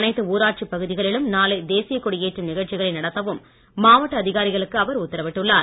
அனைத்து ஊராட்சி பகுதிகளிலும் நாளை தேசிய கொடியேற்றம் நிகழ்ச்சிகளை நடத்தவும் மாவட்ட அதிகாரிகளுக்கு அவர் உத்தரவிட்டுள்ளார்